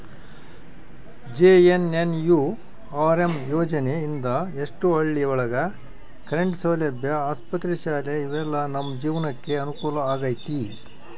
JNNURM ಯೋಜನೆ ಇಂದ ಎಷ್ಟೋ ಹಳ್ಳಿ ಒಳಗ ಕರೆಂಟ್ ಸೌಲಭ್ಯ ಆಸ್ಪತ್ರೆ ಶಾಲೆ ಇವೆಲ್ಲ ನಮ್ ಜೀವ್ನಕೆ ಅನುಕೂಲ ಆಗೈತಿ